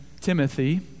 Timothy